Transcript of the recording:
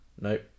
Nope